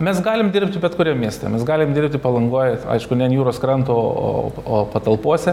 mes galim dirbti bet kuriam mieste mes galim dirbti palangoj aišku ne an jūros kranto o o patalpose